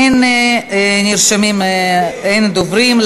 אין דוברים.